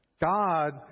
God